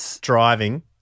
driving